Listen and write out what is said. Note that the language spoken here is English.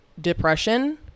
depression